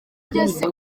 byose